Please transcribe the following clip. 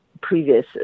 previous